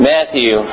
Matthew